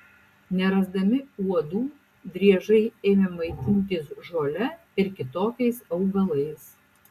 nerasdami uodų driežai ėmė maitintis žole ir kitokiais augalais